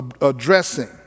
addressing